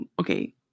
okay